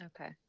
Okay